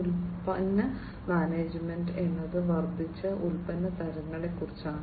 ഉൽപ്പന്ന മാനേജ്മെന്റ് എന്നത് വർദ്ധിച്ച ഉൽപ്പന്ന തരങ്ങളെ കുറിച്ചാണ്